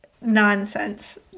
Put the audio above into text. nonsense